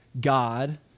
God